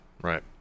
Right